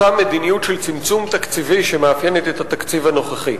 אותה מדיניות של צמצום תקציבי שמאפיינת את התקציב הנוכחי.